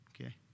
Okay